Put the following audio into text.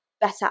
better